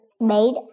made